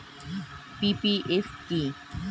PPF কি?